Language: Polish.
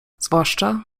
zwłaszcza